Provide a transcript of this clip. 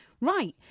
right